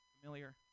Familiar